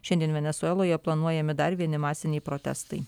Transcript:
šiandien venesueloje planuojami dar vieni masiniai protestai